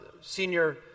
senior